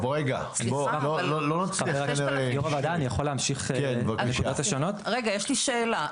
יש לי שאלה.